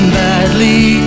badly